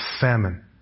famine